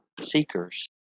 seekers